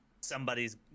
somebody's